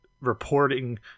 Reporting